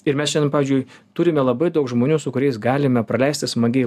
ir mes šiandien pavyzdžiui turime labai daug žmonių su kuriais galime praleisti smagiai